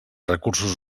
recursos